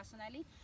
personally